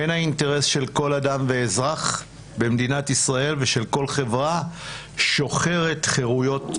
והן האינטרס של כל אדם ואזרח במדינת ישראל ושל כל חברה שוחרת חירויות,